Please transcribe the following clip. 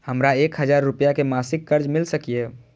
हमरा एक हजार रुपया के मासिक कर्ज मिल सकिय?